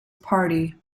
party